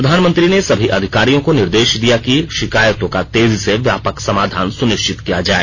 प्रधानमंत्री ने सभी अधिकारियों को निर्देश दिया कि शिकायतों का तेजी से व्यापक समाधान सुनिश्चित किया जाए